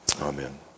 Amen